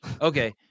Okay